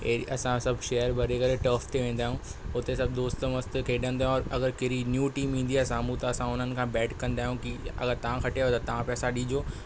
ऐं असां सभु शेयर भरे करे टॉप ते वेंदा आहियूं हुते सभु दोस्त मस्तु खेॾंदो और अगरि कहिड़ी न्यूं टीम ईंदी आहे साम्हू त असां उन्हनि खां बेट कंदा आहियूं कि अगरि तव्हां खटियो त तव्हां पैसा ॾिजो